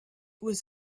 was